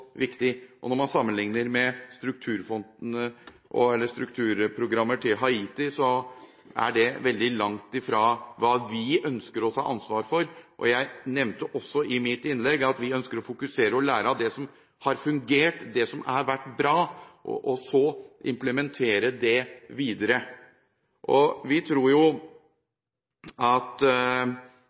viktig. Når man sammenlikner med strukturprogrammer til Haiti, er det veldig langt fra hva vi ønsker å ta ansvar for. Jeg nevnte også i mitt innlegg at vi ønsker å fokusere på og lære av det som har fungert – det som har vært bra – og så implementere det videre. Vi ser nå at vi til og med har fått en enighet mellom Fremskrittspartiet og SV om at